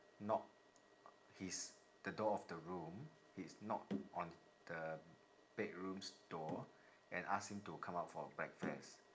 knock his the door of the room his knock on the bedroom's door and ask him to come out for breakfast